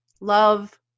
love